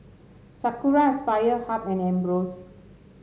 Sakura Aspire Hub and Ambros